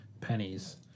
pennies